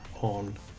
on